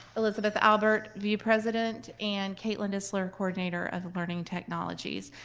elizabeth albert, view president, and caitlyn dissler, coordinator of learning technologies.